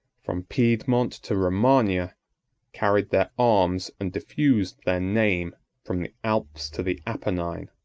from piedmont to romagna, carried their arms and diffused their name from the alps to the apennine.